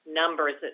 numbers